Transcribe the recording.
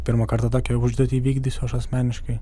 pirmą kartą tokią užduotį vykdysiu aš asmeniškai